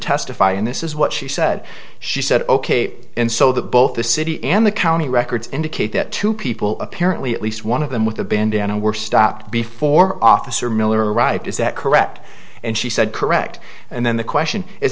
testify and this is what she said she said ok and so that both the city and the county records indicate that two people apparently at least one of them with a bandanna were stopped before officer miller arrived is that correct and she said correct and then the question is